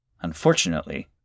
Unfortunately